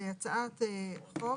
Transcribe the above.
"הצעת חוק